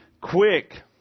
quick